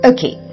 Okay